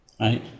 right